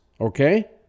okay